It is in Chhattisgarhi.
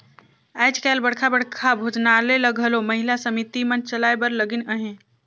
आएज काएल बड़खा बड़खा भोजनालय ल घलो महिला समिति मन चलाए बर लगिन अहें